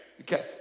Okay